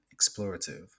explorative